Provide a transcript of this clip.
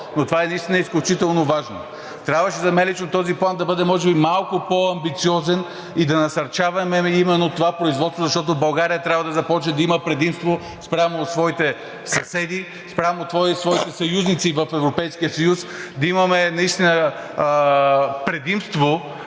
но това е наистина изключително важно. Трябваше, за мен лично, този план може би да бъде малко по-амбициозен и да насърчаваме именно това производство, защото България трябва да започне да има предимство спрямо своите съседи, спрямо своите съюзници в Европейския съюз, да имаме наистина предимство